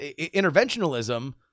interventionalism